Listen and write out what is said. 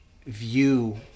View